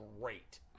great